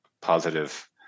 positive